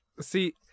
see